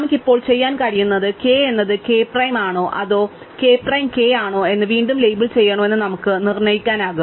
നമുക്ക് ഇപ്പോൾ ചെയ്യാൻ കഴിയുന്നത് k എന്നത് k പ്രൈം ആണോ അതോ k പ്രൈം k ആണോ എന്ന് വീണ്ടും ലേബൽ ചെയ്യണോ എന്ന് നമുക്ക് നിർണ്ണയിക്കാനാകും